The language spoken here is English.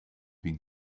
been